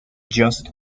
just